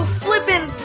flippin